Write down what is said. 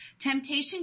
Temptation